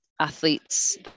athletes